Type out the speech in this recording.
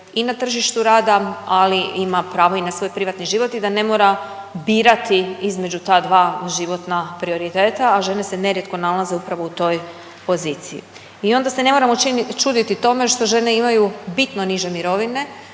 i na tržištu rada ali ima pravo i na svoj privatni život i da ne mora birati između ta dva životna prioriteta, a žene se nerijetko nalaze upravo u toj poziciji. I onda se ne moramo čuditi tome što žene imaju bitno niže mirovine